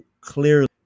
clearly